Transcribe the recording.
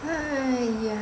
!aiya!